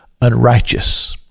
unrighteous